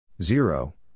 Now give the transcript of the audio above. Zero